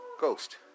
Ghost